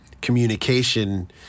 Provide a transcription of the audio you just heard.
communication